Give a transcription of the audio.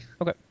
Okay